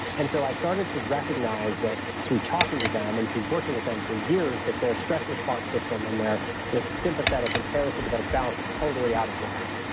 and so i started to recognize that through talking to them and through working with them for years, that their stress response system and their sympathetic and parasympathetic balance was totally out of whack.